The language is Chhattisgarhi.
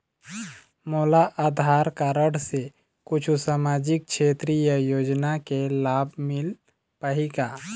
मोला आधार कारड से कुछू सामाजिक क्षेत्रीय योजना के लाभ मिल पाही का?